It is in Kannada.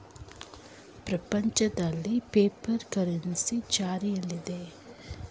ಪ್ರಪಂಚದಲ್ಲಿ ಪೇಪರ್ ಕರೆನ್ಸಿ ಜಾರಿಯಲ್ಲಿದೆ